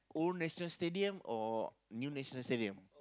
old National-Stadium or new National-Stadium